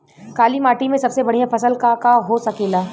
काली माटी में सबसे बढ़िया फसल का का हो सकेला?